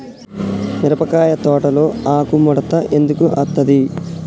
మిరపకాయ తోటలో ఆకు ముడత ఎందుకు అత్తది?